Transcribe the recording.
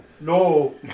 no